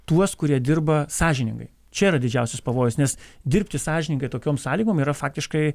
tuos kurie dirba sąžiningai čia yra didžiausias pavojus nes dirbti sąžiningai tokiom sąlygom yra faktiškai